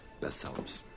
bestsellers